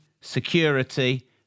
security